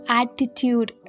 attitude